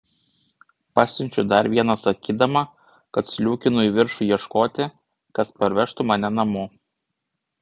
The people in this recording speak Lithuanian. pasiunčiu dar vieną sakydama kad sliūkinu į viršų ieškoti kas parvežtų mane namo